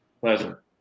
Pleasure